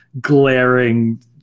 glaring